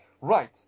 Right